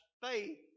faith